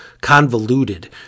convoluted